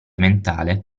mentale